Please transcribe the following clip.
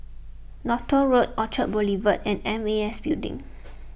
Northolt Road Orchard Boulevard and M A S Building